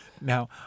Now